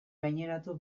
gaineratu